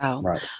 right